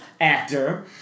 actor